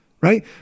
Right